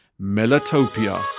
Melatopia